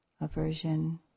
aversion